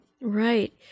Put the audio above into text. Right